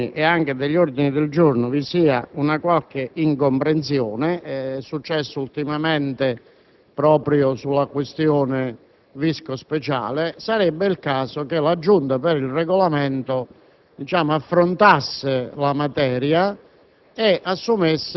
delle mozioni e degli ordini del giorno vi sia una qualche incomprensione - come è successo ultimamente proprio sulla questione Visco-Speciale - sarebbe il caso che la Giunta per il Regolamento affrontasse la materia